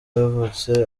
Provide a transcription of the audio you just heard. yavutse